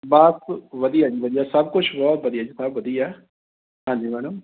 ਬਸ ਵਧੀਆ ਜੀ ਵਧੀਆ ਸਭ ਕੁਛ ਬਹੁਤ ਵਧੀਆ ਜੀ ਸਭ ਵਧੀਆ ਹਾਂਜੀ ਮੈਡਮ